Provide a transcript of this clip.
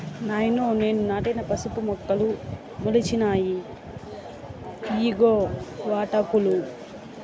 నాయనో నేను నాటిన పసుపు మొక్కలు మొలిచినాయి ఇయ్యిగో వాటాకులు